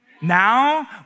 Now